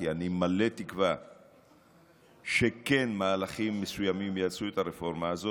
כי אני מלא תקווה שכן מהלכים מסוימים יעצרו את הרפורמה הזאת,